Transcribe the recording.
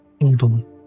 able